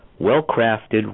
Well-crafted